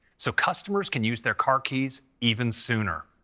so customers can use their car keys even sooner.